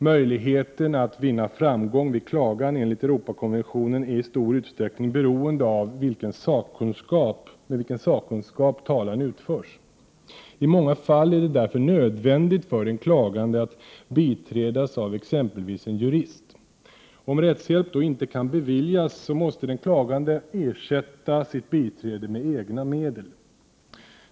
Möjligheten att vinna framgång vid klagan enligt Europakonventionen är i stor utsträckning beroende av med vilken sakkunskap talan utförs. I många fall är det därför nödvändigt för den klagande att biträdas av exempelvis en jurist. Om rättshjälp då inte kan beviljas, måste den klagande ersätta sitt biträde med egna medel.